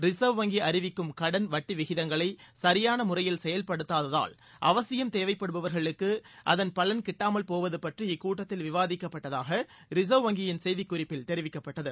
ரின்வ் வங்கி அறிவிக்கும் கடன் வட்டி விகிதங்களை சரியான முறையில் செயல்படுத்தாததால் அவசியம் தேவைப்படுபவர்களுக்கு அதன் பலன் கிட்டாமல் போவதபற்றி இக்கூட்டத்தில் விவாதிக்கப்பட்டதாக ரிசர்வ் வங்கியின் செய்திக்குறிப்பில் தெரிவிக்கப்பட்டது